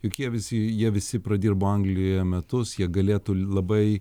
juk jie visi jie visi pradirbo anglijoje metus jie galėtų labai